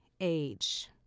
age